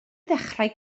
ddechrau